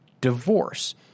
divorce